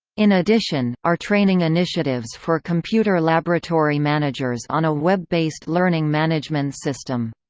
in addition, are training initiatives for computer laboratory managers on a web-based learning management system.